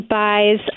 buys